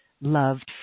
loved